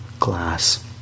glass